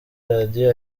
radio